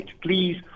Please